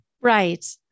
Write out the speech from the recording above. Right